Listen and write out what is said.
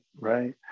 right